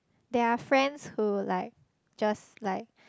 there are friends who like just like